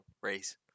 race